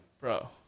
bro